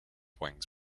wings